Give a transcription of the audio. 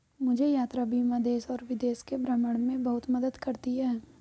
मुझे यात्रा बीमा देश और विदेश के भ्रमण में बहुत मदद करती है